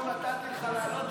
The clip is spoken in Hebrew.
לא נתתי לך לעלות.